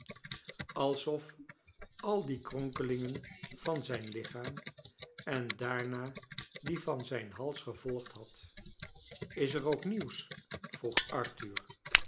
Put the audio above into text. alsof die al de kronkelingen van zijn lichaam en daarna die van zijn hals gevolgd had is er ook nieuws vroeg arthur